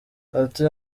ati